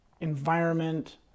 environment